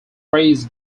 race